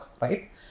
right